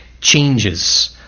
changes